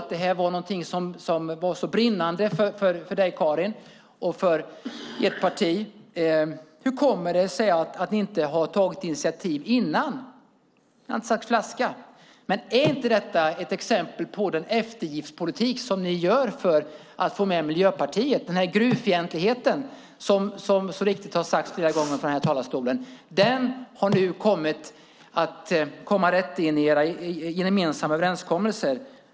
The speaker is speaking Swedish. Om det här var något som var så brinnande för dig, Karin, och för ert parti, hur kommer det sig då att ni inte har tagit något initiativ tidigare? Ni har inte sagt flaska. Är inte det här ett exempel på eftergiftspolitik för att få med Miljöpartiet? Den här gruvfientligheten, som det så riktigt har sagts från talarstolen flera gånger, har nu kommit rätt in i era gemensamma överenskommelser.